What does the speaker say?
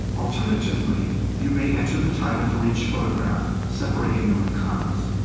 alternatively, you may enter the title for each photograph, separating them with commas.